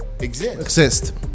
Exist